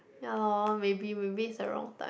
ya lor maybe maybe it's the wrong time